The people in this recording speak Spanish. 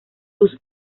sus